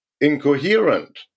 incoherent